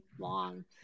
long